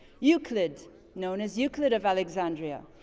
euclid known as euclid of alexandria.